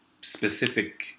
specific